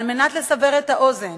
על מנת לסבר את האוזן,